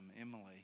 Emily